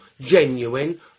genuine